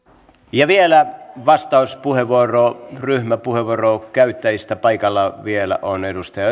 ja vielä vastauspuheenvuoro ryhmäpuheenvuoron käyttäjistä paikalla on vielä edustaja